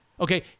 Okay